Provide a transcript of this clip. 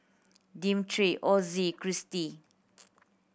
Dimitri Ozzie Cristy